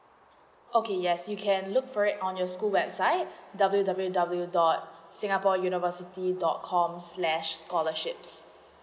okay yes you can look for it on your school website w w w dot singapore university dot com slash scholarships